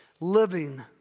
living